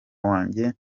wanjye